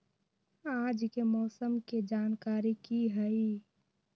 आज के मौसम के जानकारी कि हई?